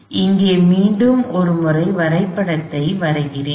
எனவே இங்கே மீண்டும் ஒருமுறை வரைபடத்தை வரைகிறேன்